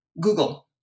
Google